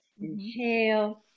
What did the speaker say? Inhale